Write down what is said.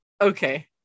Okay